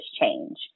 change